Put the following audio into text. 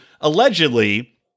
allegedly